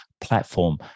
platform